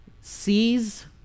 sees